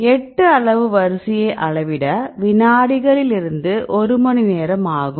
8 அளவு வரிசையை அளவிட வினாடிகளில் இருந்து ஒரு மணி நேரம் ஆகும்